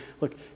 look